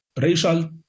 racial